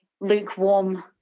lukewarm